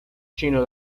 chino